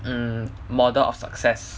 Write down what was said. um model of success